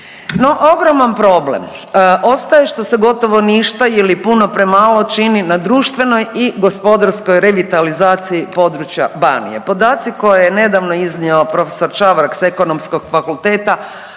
ogroman problem ostaje što se gotovo ništa ili puno premalo čini na društvenoj i gospodarskoj revitalizaciji područja Banije. Podaci koje je nedavno iznio profesor Čavar sa Ekonomskog fakulteta